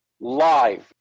live